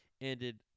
ended